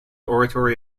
oratory